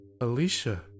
Alicia